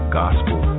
gospel